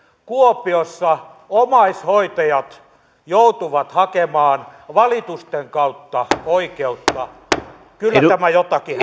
kuopiossa omaishoitajat joutuvat hakemaan valitusten kautta oikeutta kyllä tämä jotakin